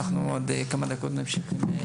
עוד כמה דקות נעבור לישיבה הבאה.